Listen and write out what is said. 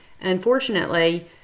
unfortunately